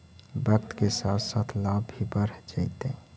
वक्त के साथ साथ लाभ भी बढ़ जतइ